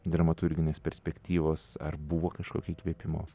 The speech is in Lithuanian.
dramaturginės perspektyvos ar buvo kažkokio įkvėpimo